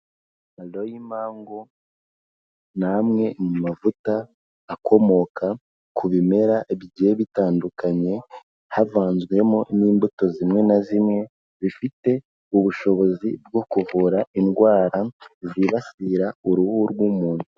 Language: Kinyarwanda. Aloyemango ni amwe mu mavuta akomoka ku bimera bigiye bitandukanye havanzwemo n'imbuto zimwe na zimwe bifite ubushobozi bwo kuvura indwara zibasira uruhu rw'umuntu.